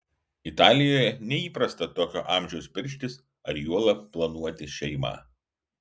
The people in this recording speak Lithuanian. italijoje neįprasta tokio amžiaus pirštis ar juolab planuoti šeimą